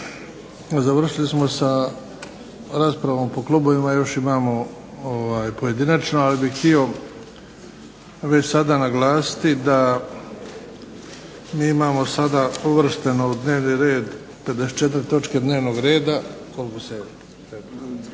završili smo sa raspravom po klubovima. Još imamo pojedinačno, ali bih htio već sada naglasiti da mi imamo sada uvršteno u dnevni red 54 točke dnevnog reda, 13 je već